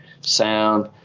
sound